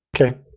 Okay